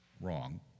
wrong